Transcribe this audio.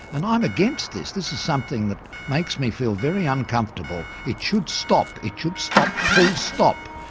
and i'm against this. this is something that makes me feel very uncomfortable. it should stop. it should stop full-stop.